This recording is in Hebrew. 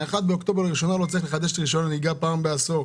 מ-1 באוקטובר לראשונה לא צריך לחדש את רישיון הנהיגה פעם בעשור.